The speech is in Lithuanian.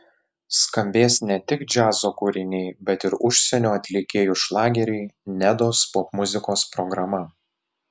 skambės ne tik džiazo kūriniai bet ir užsienio atlikėjų šlageriai nedos popmuzikos programa